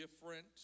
different